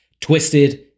twisted